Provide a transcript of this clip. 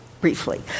briefly